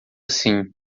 assim